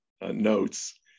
notes